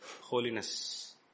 Holiness